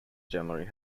generally